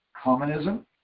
Communism